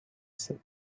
sept